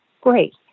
Great